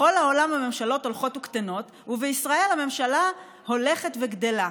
בכל העולם הממשלות הולכות וקטנות ובישראל הממשלה הולכת וגדלה.